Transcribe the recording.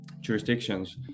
jurisdictions